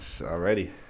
Already